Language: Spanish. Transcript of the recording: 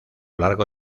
largo